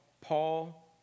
Paul